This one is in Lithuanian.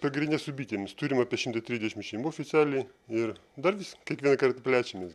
pagrinde su bitėmis turim apie šimtą trisdešim šeimų oficialiai ir dar vis kiekvienąkart plečiamės